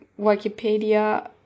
Wikipedia